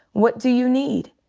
what do you need?